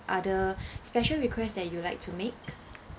other special request that you'd like to make